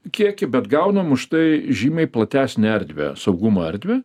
kiekį bet gaunam už tai žymiai platesnę erdvę saugumo erdvę